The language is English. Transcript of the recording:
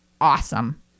awesome